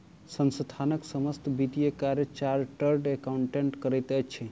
संस्थानक समस्त वित्तीय कार्य चार्टर्ड अकाउंटेंट करैत अछि